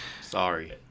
Sorry